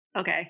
okay